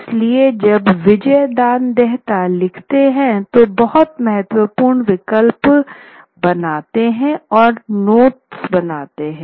इसलिए जब विजयदान देहता लिखते हैं तो बहुत महत्वपूर्ण विकल्प बनाते हैं और नोट्स बनाते हैं